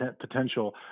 potential